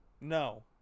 no